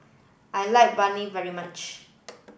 I like Biryani very much